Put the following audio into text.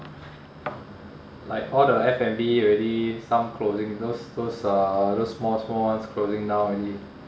like all the F&B already some closing those those uh those small small ones closing down already